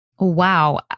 wow